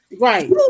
Right